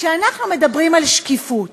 כשאנחנו מדברים על שקיפות,